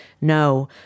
no